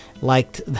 liked